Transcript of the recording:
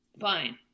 fine